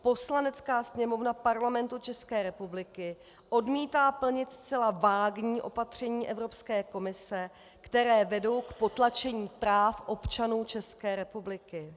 Poslanecká sněmovna Parlamentu České republiky odmítá plnit zcela vágní opatření Evropské komise, která vedou k potlačení práv občanů České republiky.